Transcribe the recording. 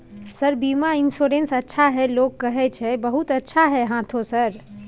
Sir बीमा insurance अच्छा है लोग कहै छै बहुत अच्छा है हाँथो सर?